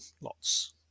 lots